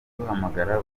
kuduhamagara